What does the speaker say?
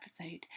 episode